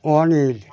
Anil